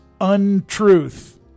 untruth